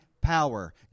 power